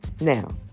Now